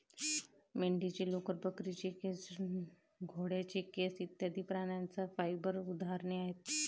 मेंढीचे लोकर, बकरीचे केस, घोड्याचे केस इत्यादि प्राण्यांच्या फाइबर उदाहरणे आहेत